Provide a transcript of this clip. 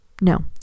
no